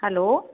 hello